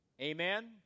Amen